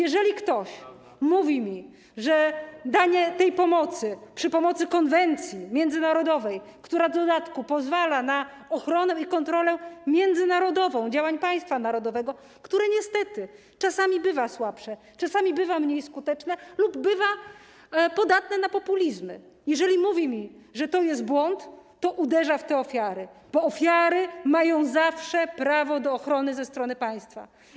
Jeżeli ktoś mówi, że zapewnienie tej pomocy przy wykorzystaniu konwencji międzynarodowej, która w dodatku pozwala na ochronę i kontrolę międzynarodową działań państwa narodowego, które niestety czasami bywa słabsze, czasami bywa mniej skuteczne lub bywa podatne na populizmy, to jest błąd, to uderza w te ofiary, bo ofiary zawsze mają prawo do ochrony ze strony państwa.